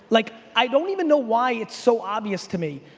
like i don't even know why it's so obvious to me.